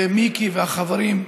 ומיקי והחברים,